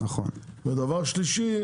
דבר שלישי,